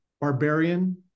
barbarian